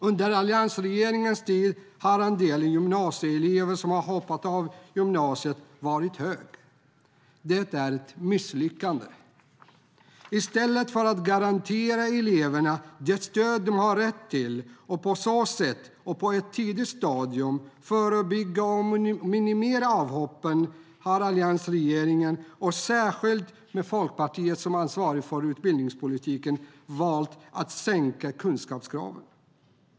Under alliansregeringens tid har andelen gymnasieelever som har hoppat av gymnasiet varit hög. Det är ett misslyckande. I stället för att garantera eleverna det stöd de har rätt till och på så sätt på ett tidigt stadium förebygga och minimera avhoppen har alliansregeringen, och särskilt Folkpartiet som ansvarigt för utbildningspolitiken, valt att sänka kunskapskraven.